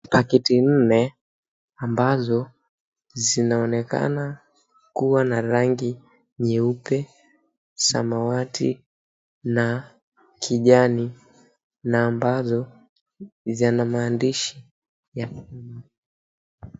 Pakiti nne ambazo zinaonekana kuwa na rangi nyeupe, samawati na kijani na ambazo zina maandishi